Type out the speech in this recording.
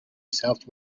south